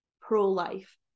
pro-life